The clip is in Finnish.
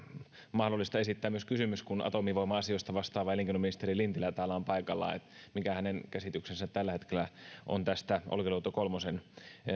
mahdollista esittää myös kysymys kun atomivoima asioista vastaava elinkeinoministeri lintilä täällä on paikalla mikä hänen käsityksensä tällä hetkellä on tästä olkiluoto kolmen